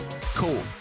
Cool